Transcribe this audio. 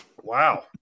Wow